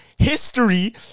History